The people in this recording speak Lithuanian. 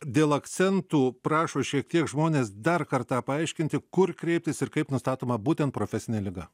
dėl akcentų prašo šiek tiek žmonės dar kartą paaiškinti kur kreiptis ir kaip nustatoma būtent profesinė liga